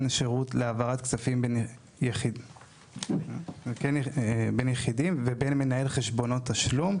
שירות להעברת כספים בין יחידים ובין מנהלי חשבונות תשלום,